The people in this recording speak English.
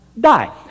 die